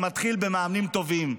הכול מתחיל במאמנים טובים,